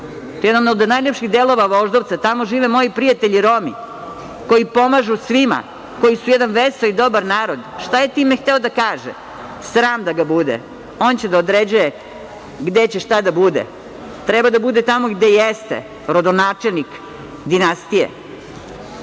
To je jedan od najlepših delova Voždovca. Tamo žive moji prijatelji Romi koji pomažu svima, koji su jedan veseo i dobar narod. Šta je time hteo da kaže? Sram da ga bude. On će da određuje gde će šta da bude. Treba da bude tamo gde jeste rodonačelnik dinastije. Pre